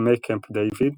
הסכמי קמפ דייוויד,